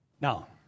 Now